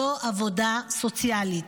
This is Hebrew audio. זו העבודה הסוציאלית.